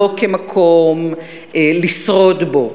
לא כמקום לשרוד בו,